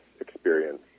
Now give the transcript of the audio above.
experience